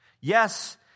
Yes